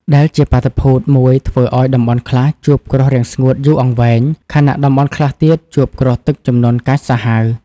ដែលជាបាតុភូតមួយធ្វើឱ្យតំបន់ខ្លះជួបគ្រោះរាំងស្ងួតយូរអង្វែង ខណៈតំបន់ខ្លះទៀតជួបគ្រោះទឹកជំនន់កាចសាហាវ។